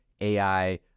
AI